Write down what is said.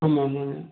ஆமாம் ஆமாங்க